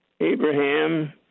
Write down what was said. Abraham